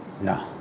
No